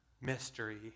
mystery